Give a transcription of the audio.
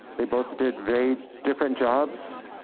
they both did very different jobs,